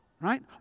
Right